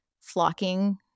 flocking